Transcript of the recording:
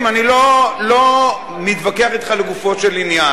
אני לא מתווכח אתך לגופו של עניין,